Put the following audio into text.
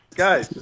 Guys